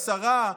השרה,